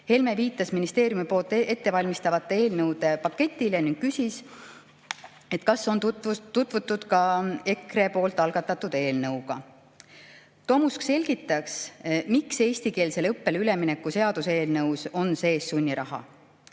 Helme viitas ministeeriumis ettevalmistatavate eelnõude paketile ning küsis, kas on tutvutud ka EKRE algatatud eelnõuga. Tomusk selgitas, miks eestikeelsele õppele ülemineku seaduse eelnõus on sees sunniraha.